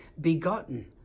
begotten